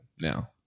now